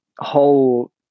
whole